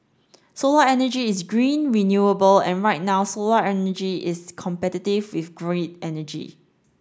solar energy is green renewable and right now solar energy is competitive with grid energy